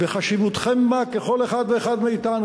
וחשיבותכם בה ככל אחד ואחד מאתנו.